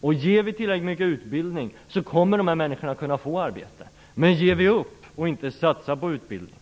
Om vi ger människorna tillräckligt mycket utbildning kommer de att kunna få arbete. Men om vi ger upp och inte satsar på utbildning